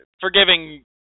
forgiving